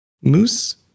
moose